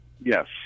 yes